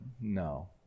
no